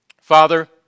Father